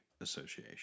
Association